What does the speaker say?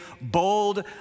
bold